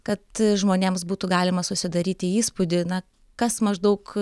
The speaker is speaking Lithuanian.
kad žmonėms būtų galima susidaryti įspūdį na kas maždaug